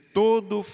todo